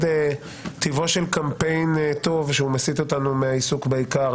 טיבו של קמפיין טוב שהוא מסית אותנו מהעיסוק בעיקר,